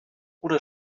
oder